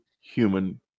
human